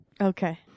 Okay